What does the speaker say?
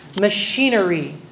machinery